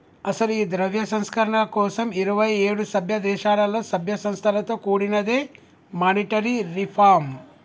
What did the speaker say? అసలు ఈ ద్రవ్య సంస్కరణల కోసం ఇరువైఏడు సభ్య దేశాలలో సభ్య సంస్థలతో కూడినదే మానిటరీ రిఫార్మ్